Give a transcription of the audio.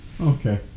Okay